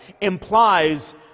implies